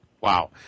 Wow